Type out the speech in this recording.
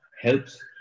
helps